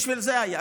בשביל זה זה קרה.